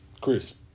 Chris